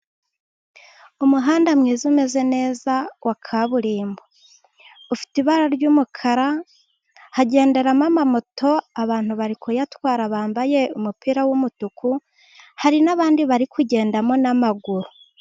Umuhanda mwiza umeze neza wa kaburimbo, ufite ibara ry'umukara. Hagenderamo moto. Abantu bari kuzitwara bambaye umupira w'umutuku hari n'abandi bari kugendamo n'amaguru.